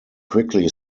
quickly